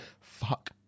Fuck